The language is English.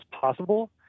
possible